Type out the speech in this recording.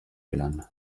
lan